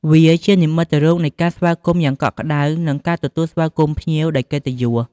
វាជានិមិត្តរូបនៃការស្វាគមន៍យ៉ាងកក់ក្តៅ និងការទទួលស្វាគមន៍ភ្ញៀវដោយកិត្តិយស។